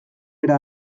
era